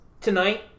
tonight